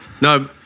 No